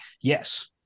Yes